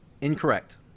Incorrect